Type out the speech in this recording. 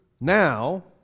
now